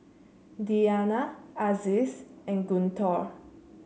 Diyana Aziz and Guntur